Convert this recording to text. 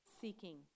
seeking